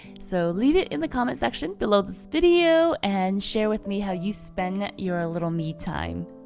so leave it in the comments section below this video and share with me how you spend your little me time.